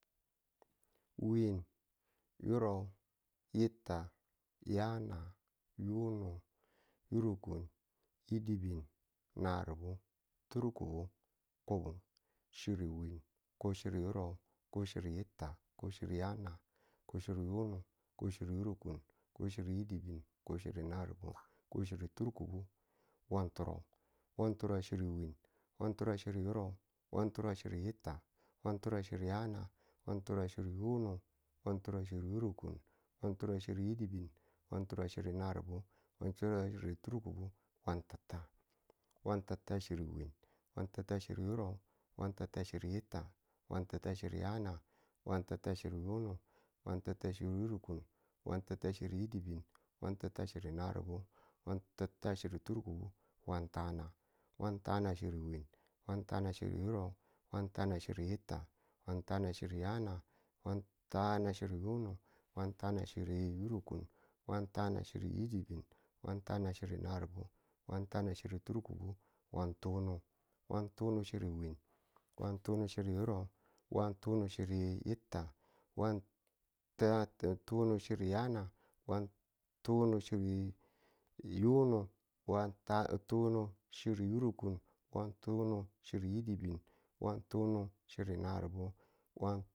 Wiin, yurub, yitta, yana, yunu, yurukun, yidibin, naribu, turkubu, kubo, chiri wiin, kub chiri yurub, kub chiri yitta, kub chiri yana, kub chiri yunu, kub chiri yurukun, kub chiri yidibin, kub chiri naribu kub chiri turkubu, wanturub, wanturub chiri win, wanturub chiri yurub, wanturub chiri yitta, wanturub chiri yana, wanturub chiri yunu, wanturub chiri yurukun, wanturub chiri yidibin, wanturub chiri naribu, wanturub chiri turkubu, wan ti̱tta. wan ti̱tta chiri wiin, wan ti̱tta chiri yurub, wan ti̱tta chiri yitta, wan ti̱tta chiri yana, wan ti̱tta chiri yunu, wan ti̱tta chiri yurukun, wan ti̱tta chiri yidibin, wan ti̱tta chiri naribu, wan ti̱tta chiri turkubu wan tana. wan tana chiri wiin. wan tana yurub, wan tana yitta, wan tana yana, wan tana yunu. wan tana yurukun. wan tana yidibin, wan tana naribu. wan tana turkubu, wan tunu. wan tunu chiri wiin, wan tunu chiri yurub. wan tunu chiri yitta, wan tunu chiri yana, wan tunu chiri yunu, wan tunu chiri yurukun, wan tunu chiri yidibin, wan tunu chiri naribu. wan.